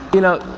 you know,